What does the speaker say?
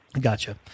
Gotcha